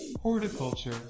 horticulture